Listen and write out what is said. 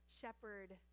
shepherd